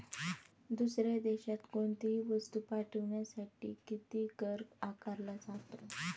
दुसऱ्या देशात कोणीतही वस्तू पाठविण्यासाठी किती कर आकारला जातो?